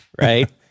right